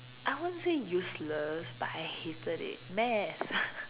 I won't say useless but I hated it math